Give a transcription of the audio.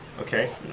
Okay